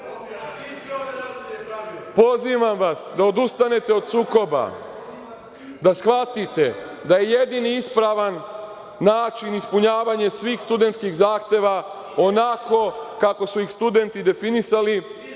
vas da odustanete od sukoba, da shvatite da je jedini ispravan način ispunjavanje svih studentskih zahteva onako kako su ih studenti definisali